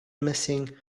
missing